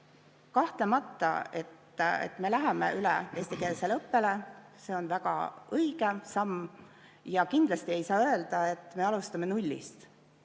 Kahtlemata me läheme üle eestikeelsele õppele, see on väga õige samm. Ja kindlasti ei saa öelda, et me alustame nullist.